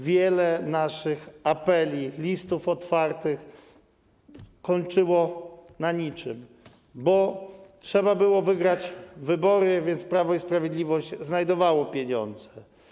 Wiele naszych apeli, listów otwartych kończyło się na niczym, bo trzeba było wygrać wybory, więc Prawo i Sprawiedliwość znajdowało pieniądze.